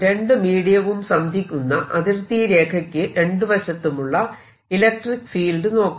രണ്ടു മീഡിയവും സന്ധിക്കുന്ന അതിർത്തിരേഖയ്ക്കു രണ്ടുവശത്തുമുള്ള ഇലക്ട്രിക്ക് ഫീൽഡ് നോക്കാം